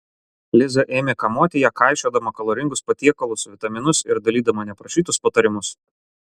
liza ėmė kamuoti ją kaišiodama kaloringus patiekalus vitaminus ir dalydama neprašytus patarimus